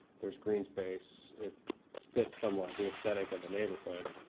there's green space. it fits somewhat the aesthetic of the neighborhood.